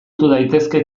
daitezke